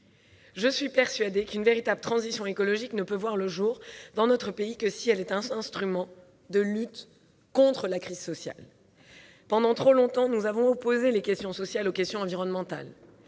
je suis persuadée qu'une véritable transition écologique ne peut voir le jour dans notre pays que si elle est un instrument de lutte contre la crise sociale. Pendant trop longtemps, nous avons opposé les questions sociales aux questions environnementales.